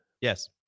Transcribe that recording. yes